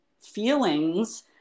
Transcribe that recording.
feelings